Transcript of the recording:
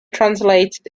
translated